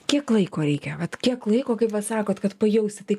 kiek laiko reikia vat kiek laiko kaip vat sakot kad pajausti tai